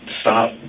stop